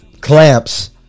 Clamps